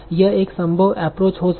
यह एक संभव एप्रोच हो सकता है